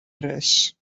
dress